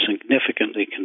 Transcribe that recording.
significantly